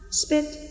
spit